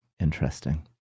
Interesting